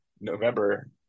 november